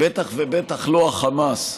בטח ובטח לא החמאס,